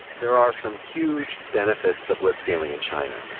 there are some huge benefits to blitzscaling in china.